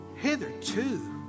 hitherto